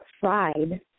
fried